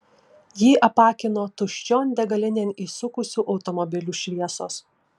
jį apakino tuščion degalinėn įsukusių automobilių šviesos